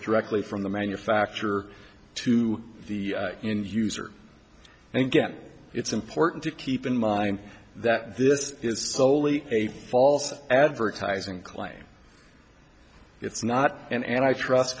directly from the manufacturer to the user and again it's important to keep in mind that this is soley a false advertising claim it's not and i trust